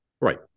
Right